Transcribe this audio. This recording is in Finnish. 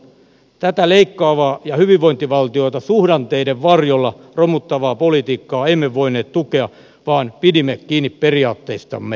tätä leikkaavaa ja hyvinvointivaltiota suhdanteiden varjolla romuttavaa politiikkaa emme voineet tukea vaan pidimme kiinni periaatteistamme